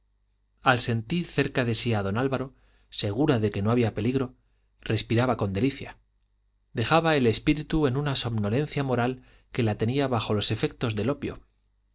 al sentir cerca de sí a don álvaro segura de que no había peligro respiraba con delicia dejaba el espíritu en una somnolencia moral que la tenía bajo los efectos del opio